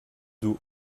dos